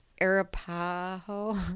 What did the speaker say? Arapaho